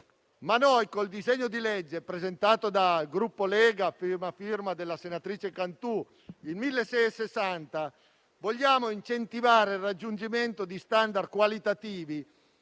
Ma noi, con il disegno di legge presentato dal Gruppo Lega, a prima firma della senatrice Cantù, AS 1660, vogliamo incentivare il raggiungimento di *standard* qualitativi